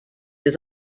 des